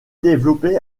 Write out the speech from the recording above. développé